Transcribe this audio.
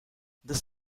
this